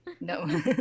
No